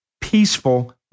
peaceful